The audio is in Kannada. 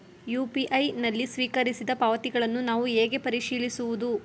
ಯು.ಪಿ.ಐ ನಲ್ಲಿ ಸ್ವೀಕರಿಸಿದ ಪಾವತಿಗಳನ್ನು ನಾನು ಹೇಗೆ ಪರಿಶೀಲಿಸುವುದು?